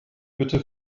bitte